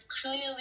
clearly